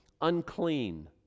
unclean